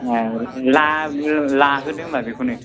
ला लाहोदो होनबा बेखौनो